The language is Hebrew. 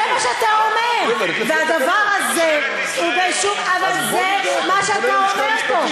זה מה שאתה אומר אבל זה מה שאתה אומר פה.